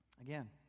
Again